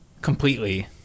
completely